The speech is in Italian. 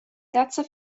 terza